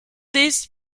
this